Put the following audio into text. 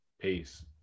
peace